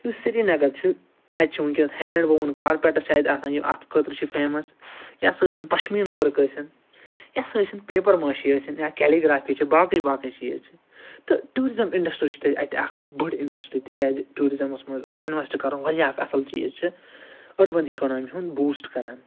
یُس سریٖنگر چھُ اَتہِ چھِ وُنٛکیٚس ہینٛڈ وووٕن کارپیٚٹٕس چھِ اَتہِ آسان یہِ اَتھ خٲطرٕ چھِ فیمَس یا سُہ ٲسِن پشمیٖن وٕرک ٲسِن یا سُہ ٲسِن پیپر مٲشی ٲسِن یا کیلیٖگرٛافی چھِ باقٕے باقٕے چیٖزچھِ تہٕ ٹیٛوٗرِزٕم انڈَسٹری چھِ تتہِ اَتہِ اَکھ بٔڑ اِنڈَسٹری تِکیٛازِ ٹیٛوٗرِزمَس منٛز اِنویٚسٹہٕ کَرُن واریاہ اَکھ اصٕل چیٖز چھِ أربَن اِکونامی ہُنٛد بوٗسٹہٕ کران